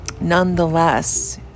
nonetheless